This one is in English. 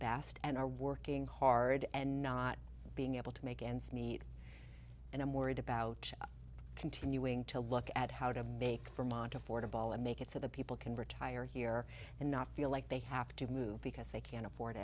best and are working hard and not being able to make ends meet and i'm worried about continuing to look at how to make for mont affordable and make it so that people can retire here and not feel like they have to move because they can't afford